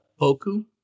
Poku